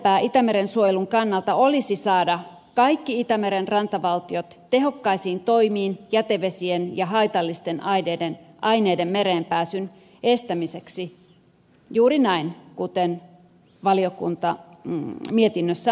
tärkeämpää itämeren suojelun kannalta olisi saada kaikki itämeren rantavaltiot tehokkaisiin toimiin jätevesien ja haitallisten aineiden mereen pääsyn estämiseksi juuri näin kuten valiokunta mietinnössään toteaa